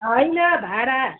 होइन भाडा